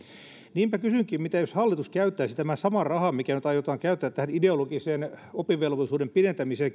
niinpä kysynkin mitä jos hallitus käyttäisi tämän saman rahan mikä nyt aiotaan käyttää tähän ideologiseen oppivelvollisuuden pidentämiseen